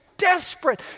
desperate